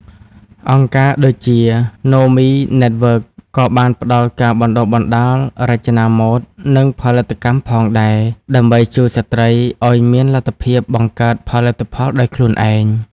អង្គការដូចជា ណូមី ណេតវើក Nomi Network ក៏បានផ្តល់ការបណ្តុះបណ្តាលរចនាម៉ូដ និងផលិតកម្មផងដែរ ដើម្បីជួយស្ត្រីឱ្យមានលទ្ធភាពបង្កើតផលិតផលដោយខ្លួនឯង។